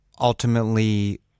ultimately